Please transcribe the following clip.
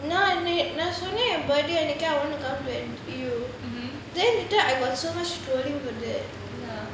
நான் சொன்னேனே அன்னைக்கு:naan sonnaenae annaiku I want to come to N_T_U then later I got so much scolding for that